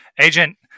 agent